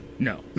No